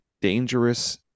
dangerous